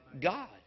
God